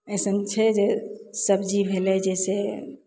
अइसन छै जे सब्जी भेलय जैसे